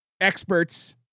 experts